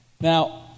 Now